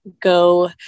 go